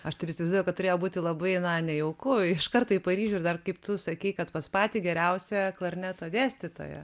aš taip įsivaizduoju kad turėjo būti labai nejauku iš karto į paryžių ir dar kaip tu sakei kad pas patį geriausią klarneto dėstytoją